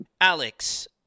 Alex